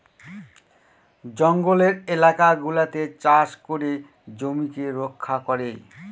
জঙ্গলের এলাকা গুলাতে চাষ করে জমিকে রক্ষা করে